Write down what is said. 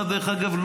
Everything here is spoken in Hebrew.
דרך אגב,